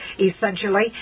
essentially